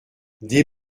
des